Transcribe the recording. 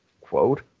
quote